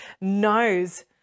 knows